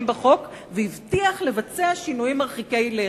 בחוק והבטיח לבצע שינויים מרחיקי לכת.